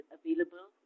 available